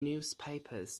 newspapers